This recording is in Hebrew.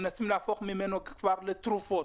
מנסים לעשות ממנו כבר לתרופות,